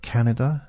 Canada